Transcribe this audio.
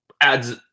adds